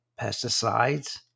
pesticides